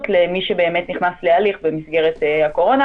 למי שבאמת נכנס להליך במסגרת הקורונה.